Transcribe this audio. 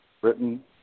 Britain